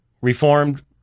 Reformed